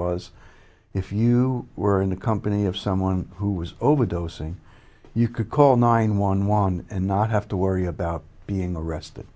was if you were in the company of someone who was overdosing you could call nine one one and not have to worry about being arrested